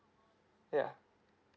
yeah